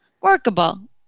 workable